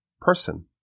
person